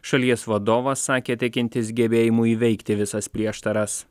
šalies vadovas sakė tikintis gebėjimu įveikti visas prieštaras